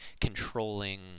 controlling